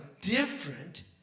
different